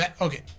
Okay